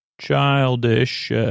childish